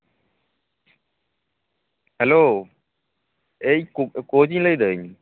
hello ᱤᱧ ᱠᱳᱪᱤᱧ ᱞᱟᱹᱭᱫᱟᱹᱧ